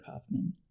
kaufman